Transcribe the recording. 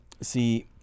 See